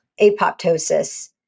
apoptosis